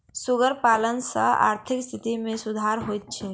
सुगर पालन सॅ आर्थिक स्थिति मे सुधार होइत छै